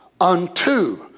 unto